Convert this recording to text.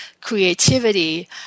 creativity